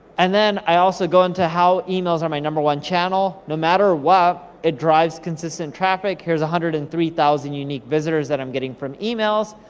and then, i also go into how emails are my number one channel, no matter what it drives consistent traffic. here's one hundred and three thousand unique visitors that i'm getting from emails,